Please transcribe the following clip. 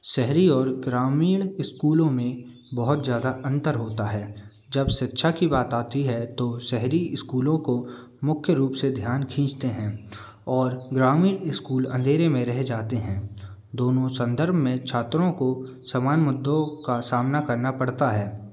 शहरी और ग्रामीण इस्कूलों में बहुत ज़्यादा अंतर होता है जब शिक्षा की बात आती है तो शहरी स्कूलों को मुख्य रुप से ध्यान खींचते हैं और ग्रामीण इस्कूल अंधेरे में रह जाते हैं दोनों संदर्भ में छात्रों को समान मुद्दों का सामना करना पड़ता है